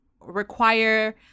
require